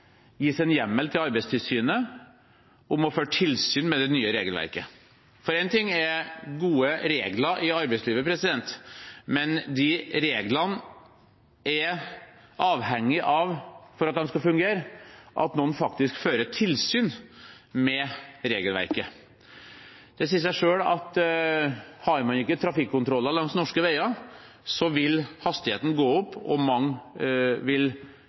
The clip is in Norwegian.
gis en hjemmel til Arbeidstilsynet om å føre tilsyn med det nye regelverket. For én ting er gode regler i arbeidslivet, men for at de reglene skal fungere, er de avhengige av at noen faktisk fører tilsyn med regelverket. Det sier seg selv at har man ikke trafikkontroller langs norske veier, vil hastigheten gå opp, og mange vil